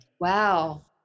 Wow